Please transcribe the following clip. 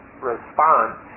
response